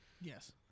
Yes